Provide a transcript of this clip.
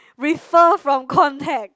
refer from contact